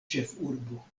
ĉefurbo